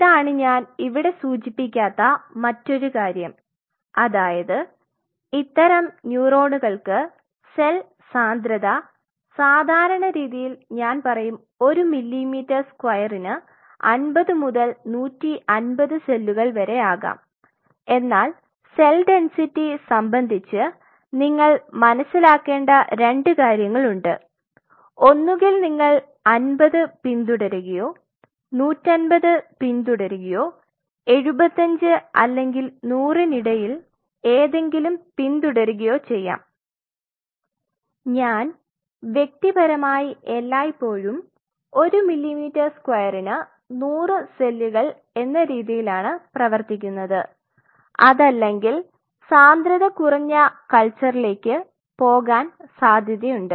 ഇതാണ് ഞാൻ ഇവിടെ സൂചിപ്പിക്കാത്ത മറ്റൊരു കാര്യം അതായത് ഇത്തരം ന്യൂറോണുകൾക്ക് സെൽ സാന്ദ്രത സാധാരണരീതിയിൽ ഞാൻ പറയും ഒരു മില്ലിമീറ്റർ സ്ക്വയറിന് 50 മുതൽ 150 സെല്ലുകൾ വരെ ആകാം എന്നാൽ സെൽ ഡെൻസിറ്റി സംബന്ധിച്ച് നിങ്ങൾ മനസ്സിലാക്കേണ്ട 2 കാര്യങ്ങൾ ഉണ്ട് ഒന്നുകിൽ നിങ്ങൾ 50 പിന്തുടരുകയോ 150 പിന്തുടരുകയോ 75 അല്ലെങ്കിൽ 100 ന് ഇടയിൽ ഏതെങ്കിലും പിന്തുടരുകയോ ചെയ്യാം ഞാൻ വ്യക്തിപരമായി എല്ലായിപ്പോഴും ഒരു മില്ലിമീറ്റർ സ്ക്വയറിന് 100 സെല്ലുകൾ എന്ന രീതിയിലാണ് പ്രവർത്തിക്കുന്നത് അതല്ലെങ്കിൽ സാന്ദ്രത കുറഞ്ഞ കൾച്ചറിലേക്ക് പോകാൻ സാധ്യതയുണ്ട്